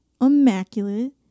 immaculate